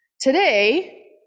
Today